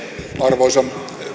arvoisa